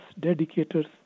dedicators